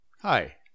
Hi